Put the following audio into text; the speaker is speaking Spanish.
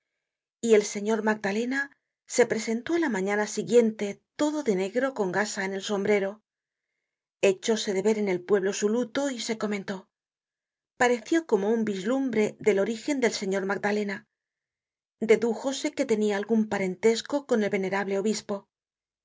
y el señor magdalena se presentó á la mañana siguiente todo de negro con gasa en el sombrero echóse de ver en el pueblo su luto y se comentó pareció como un vislumbre del orígen del señor magdalena dedújose que tenia algun parentesco con el venerable obispo